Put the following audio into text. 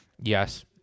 Yes